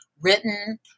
written